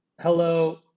Hello